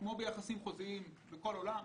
כמו ביחסים חוזיים בכל העולם,